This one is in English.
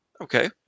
okay